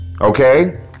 Okay